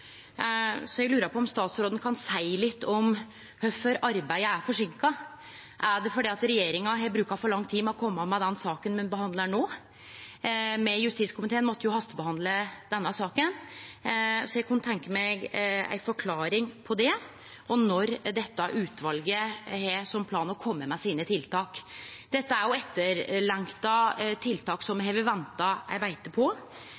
så eg lurer på om statsråden kan seie litt om kvifor arbeidet er forseinka. Er det fordi regjeringa har brukt for lang tid på å kome med den saka me behandlar no? Justiskomiteen måtte jo hastebehandle denne saka, så eg kunne tenkje meg ei forklaring på det. Og når har dette utvalet planar om å kome med tiltaka sine? Dette er etterlengta tiltak som me har venta på